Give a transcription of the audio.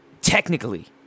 Technically